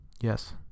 Yes